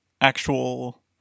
actual